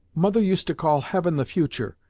mother used to call heaven the future,